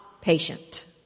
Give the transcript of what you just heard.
patient